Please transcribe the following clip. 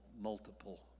multiple